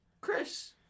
Chris